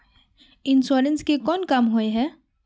Insurance के कोन काम होय है?